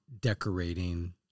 decorating